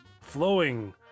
flowing